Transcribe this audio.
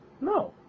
No